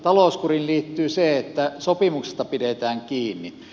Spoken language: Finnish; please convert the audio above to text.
talouskuriin liittyy se että sopimuksista pidetään kiinni